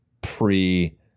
Pre